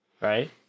Right